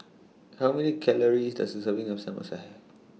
How Many Calories Does A Serving of Samosa Have